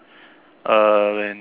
uh when